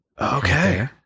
Okay